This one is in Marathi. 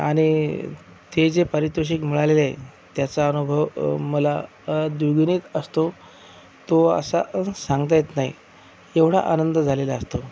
आणि ते जे पारितोषिक मिळालेलं आहे त्याचा अनुभव मला द्विगुणित असतो तो असा असं सांगता येत नाही एवढा आनंद झालेला असतो